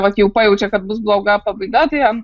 vat jau pajaučia kad bus bloga pabaiga tai jiem